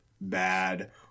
bad